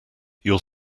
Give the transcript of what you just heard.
your